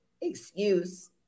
excuse